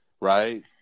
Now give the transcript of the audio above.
right